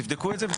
תבדקו את זה,